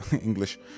English